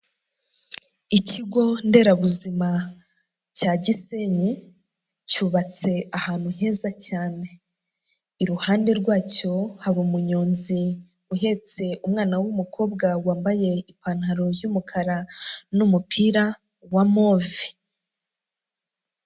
Ikigo nderabuzima cya Gisenyi cyubatse ahantu heza cyane, iruhande rwacyo hari umuyonzi uhetse umwana w'umukobwa wambaye ipantaro y'umukara n'umupira wa move.